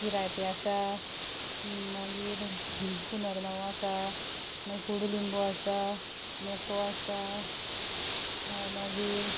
किरायतें आसा मागीर पुनर्नवो आसा मागीर कोडूलिंबू आसा मेको आसा मागीर